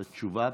את התשובה.